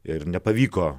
ir nepavyko